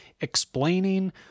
explaining